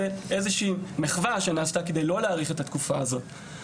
זו איזושהי מחווה שנעשתה כדי לא להאריך את התקופה הזאת.